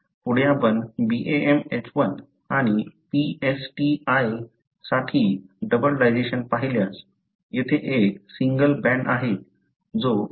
पुढे आपण BamHI आणि PstI साठी डबल डायजेशन पाहिल्यास येथे एक सिंगल बँड आहे जो 2